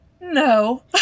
No